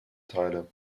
teile